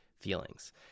feelings